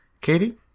Katie